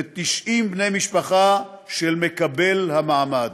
ו-90 בני משפחה של מקבל המעמד.